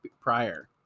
prior